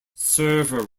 server